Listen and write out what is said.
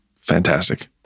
fantastic